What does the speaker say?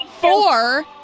four